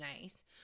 nice